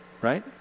right